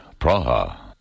Praha